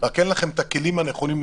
רק שאין לכם את הכלים הנכונים להתמודד.